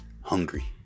hungry